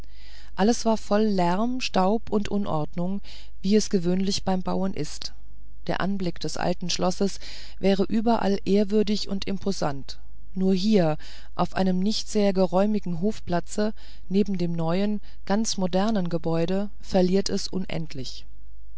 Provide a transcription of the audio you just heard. alles war voll lärm staub und unordnung wie es gewöhnlich beim bauen ist der anblick des alten schlosses wäre überall ehrwürdig und imposant nur hier auf einem nicht sehr geräumigen hofplatze neben dem neuen ganz modernen gebäuden verliert es unendlich